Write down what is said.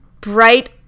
bright